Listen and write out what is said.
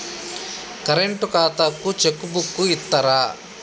Current ఖాతాకు cheque book ఇత్తరా?